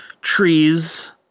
trees